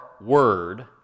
word